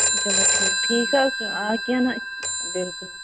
چلو ٹھیٖک ٹھیٖک حظ چھُ آ کیٚنٛہہ نہَ بِلکُل